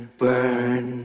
burn